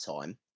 time